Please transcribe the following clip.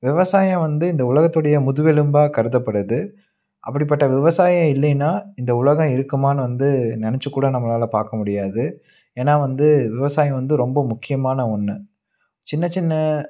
விவசாயம் வந்து இந்த உலகத்துடைய முதுகெலும்பாக கருதப்படுது அப்படிப்பட்ட விவசாயம் இல்லைனா இந்த உலகம் இருக்குமான்னு வந்து நினைச்சி கூட நம்மளால் பார்க்க முடியாது ஏன்னா வந்து விவசாயம் வந்து ரொம்ப முக்கியமான ஒன்று சின்ன சின்ன